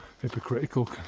hypocritical